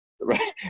Right